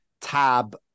tab